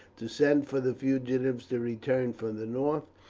to send for the fugitives to return from the north,